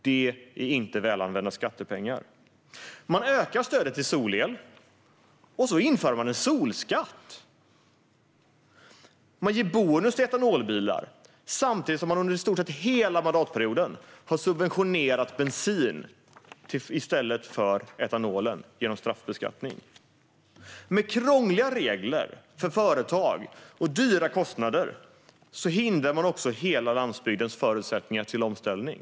Detta är inte välanvända skattepengar. Man ökar stödet till solel, men inför samtidigt en solskatt. Man ger bonus till etanolbilar, samtidigt som man under i stort sett hela mandatperioden genom straffbeskattning har subventionerat bensin i stället för etanol. Med krångliga regler och dyra kostnader för företag hindrar man också hela landsbygdens förutsättningar för omställning.